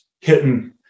hitting